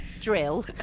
drill